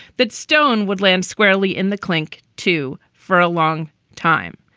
that stone would land squarely in the clink, too, for a long time.